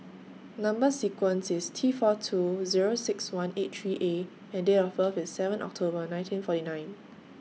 Number sequence IS T four two Zero six one eight three A and Date of birth IS seven October nineteen forty nine